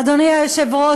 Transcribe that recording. אדוני היושב-ראש,